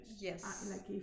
Yes